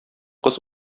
кыз